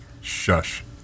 Shush